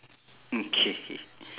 mm K